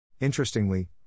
Interestingly